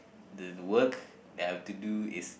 the work that I have to do is